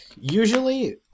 usually